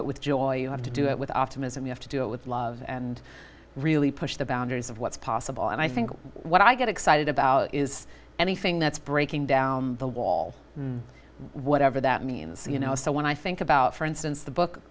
it with joy you have to do it with optimism you have to do it with love and really push the boundaries of what's possible and i think what i get excited about is anything that's breaking down the wall whatever that means you know so when i think about for instance the book